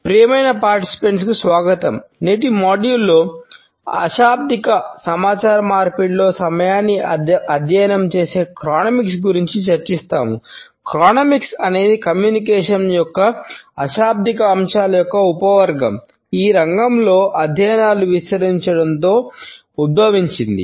ప్రియమైన పాల్గొనేవారికి ఈ రంగంలో అధ్యయనాలు విస్తరించడంతో ఉద్భవించింది